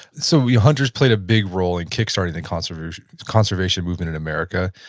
so yeah. hunters played a big role in kick starting the conservation conservation movement in america.